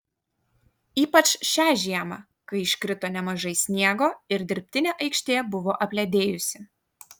ypač šią žiemą kai iškrito nemažai sniego ir dirbtinė aikštė buvo apledėjusi